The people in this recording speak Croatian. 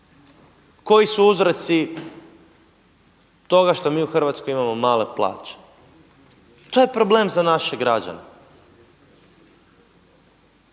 Koji su uzroci toga što mi u Hrvatskoj imamo male plaće? To je problem za naše građane.